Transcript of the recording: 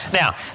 Now